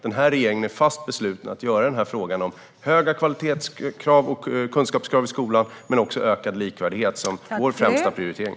Den här regeringen är fast besluten att göra frågan om höga kvalitetskrav och kunskapskrav i skolan men också ökad likvärdighet till vår främsta prioritering.